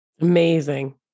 Amazing